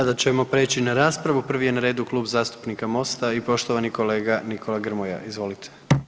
Sada ćemo prijeći na raspravu, prvi je na redu Klub zastupnika MOST-a i poštovani kolega Nikola Grmoja, izvolite.